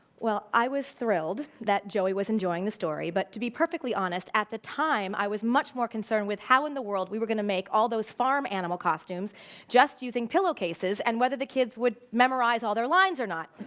well, i was thrilled that joey was enjoying the story, but, to be perfectly honest, at the time i was much more concerned with how in the world we were going to make all those farm animal costumes just using pillow cases, and whether the kids would memorize all their lines or not.